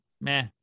Meh